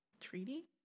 treaty